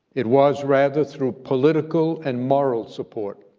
it was rather through political and moral support,